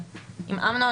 אמנון,